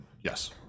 Yes